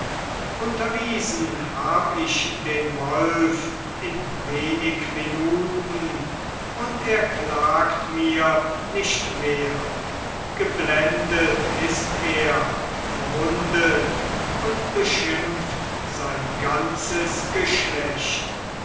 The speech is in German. unterwiesen hab ich den wolf in wenig minuten und er klagt mir nicht mehr geblendet ist er verwundet und beschimpft sein ganzes geschlecht